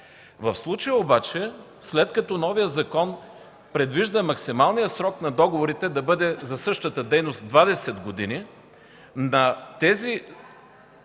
В случая обаче, след като новият закон предвижда максималният срок на договорите за същата дейност да бъде